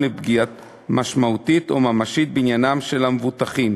לפגיעה משמעותית או ממשית בעניינם של המבוטחים.